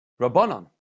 Rabbanan